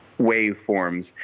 waveforms